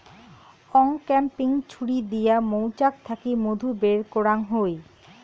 uncapping ছুরি দিয়া মৌচাক থাকি মধু বের করাঙ হই